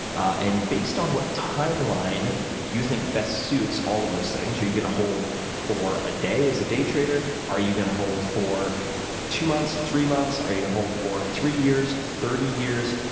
and based on what timeline you think best suits all of those things. are you going to hold for a day as a day trader? are you going to hold for two months, three months? are you going to hold for three years, thirty years?